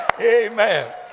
Amen